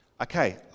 Okay